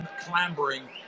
clambering